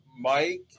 Mike